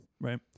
Right